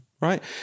right